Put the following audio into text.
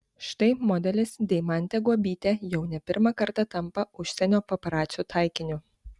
štai modelis deimantė guobytė jau ne pirmą kartą tampa užsienio paparacių taikiniu